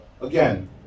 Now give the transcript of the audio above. again